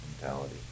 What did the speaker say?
mentality